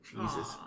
Jesus